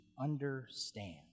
understand